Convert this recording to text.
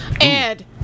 Ed